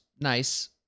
nice